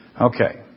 Okay